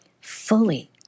Fully